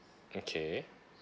okay